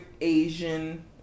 Asian